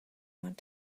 want